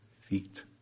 feet